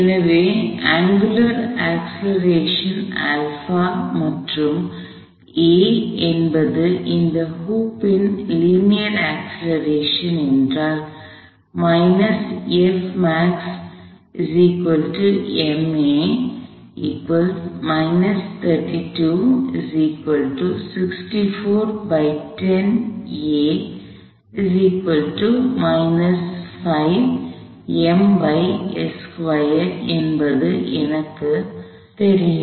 எனவே angular acceleration மற்றும் a என்பது இந்த ஹுப் ன் லீனியர் அக்ஸ்லரேஷன் என்றால் என்பது எனக்கு என்ன தெரியும்